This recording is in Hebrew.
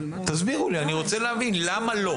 תסבירו לי, אני רוצה להבין למה לא.